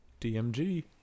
DMG